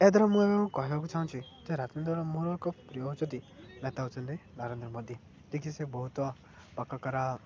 ଏହା ଦ୍ୱାରା ମୁଁ କହିବାକୁ ଚାହୁଁଛି ଯେ ରାଜେନ୍ଦ୍ର ମୋର ଏକ ପ୍ରିୟ ହଉଛନ୍ତି ନେତା ହଉଛନ୍ତି ନରେନ୍ଦ୍ର ମୋଦୀ ଦେଖି ସେ ବହୁତ